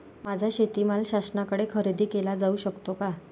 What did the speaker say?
माझा शेतीमाल शासनाकडे खरेदी केला जाऊ शकतो का?